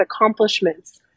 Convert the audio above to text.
accomplishments